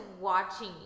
watching